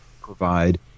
provide